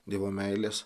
dievo meilės